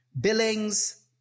billings